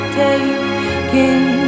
taking